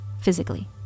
physically